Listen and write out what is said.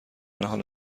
حال